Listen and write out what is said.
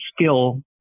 skill